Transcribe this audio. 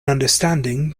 understanding